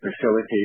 facilitate